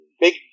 big